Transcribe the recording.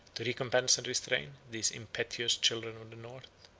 to recompense and restrain, these impetuous children of the north.